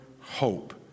hope